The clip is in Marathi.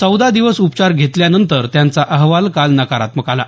चौदा दिवस उपचार घेतल्यानंतर त्यांचा अहवाल काल नकारात्मक आला